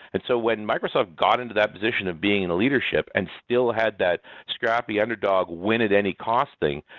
and so when microsoft got into that position of being in a leadership and still had that scrappy underdog, win at any cost thing,